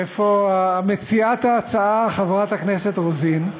איפה מציעת ההצעה, חברת הכנסת רוזין?